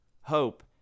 hope